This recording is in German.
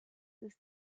ist